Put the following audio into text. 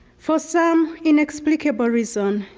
for some inexplicable reason,